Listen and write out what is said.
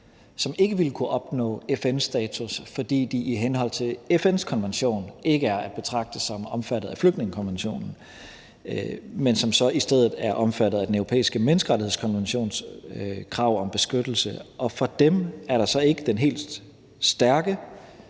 som ikke ville kunne opnå FN-status, fordi de i henhold til FN's konvention ikke er at betragte som omfattet af flygtningekonventionen, men som så i stedet er omfattet af Den Europæiske Menneskerettighedskonventions krav om beskyttelse, og for dem er der så ikke det helt stærke